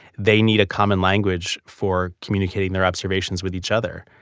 they need a common language for communicating their observations with each other.